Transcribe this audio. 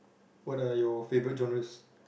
what are your favourite journals